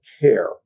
care